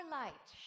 light